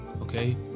okay